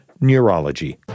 Neurology